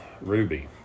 Ruby